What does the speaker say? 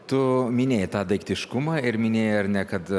tu minėjai daiktiškumą ir minėjai ar ne kad